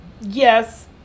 yes